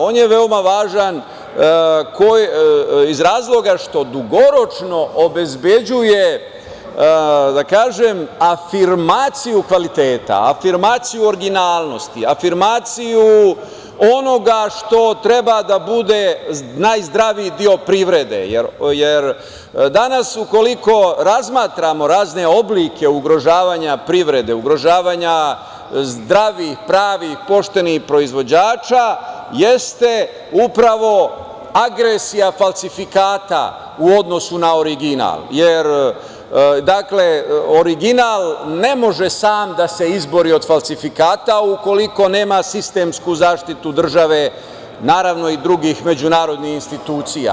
On je veoma važan iz razloga što dugoročno obezbeđuje, da kažem, afirmaciju kvaliteta, afirmaciju originalnost, afirmaciju onoga što treba da bude najzdraviji deo privrede, jer danas ukoliko razmatramo razne oblike ugrožavanja privrede, ugrožavanja zdravih, pravih, poštenih proizvođača jeste upravo agresija falsifikata u odnosu na original jer original ne može sam da se izbori od falsifikata ukoliko nema sistemsku zaštitu države, naravno i drugih međunarodnih institucija.